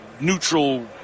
neutral